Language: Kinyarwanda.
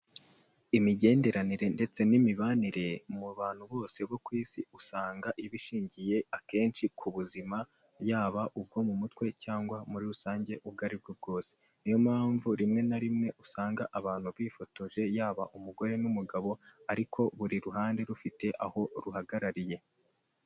Imigenderanire ndetse n'imibanire mu bantu bose bo ku isi usanga ibishingiye akenshi ku buzima, yaba ubwo mu mutwe cyangwa muri rusange ubwo aribwo bwose, niyo mpamvu rimwe na rimwe usanga abantu bifotoje yaba umugore n'umugabo ariko buri ruhande rufite aho ruhagarariye.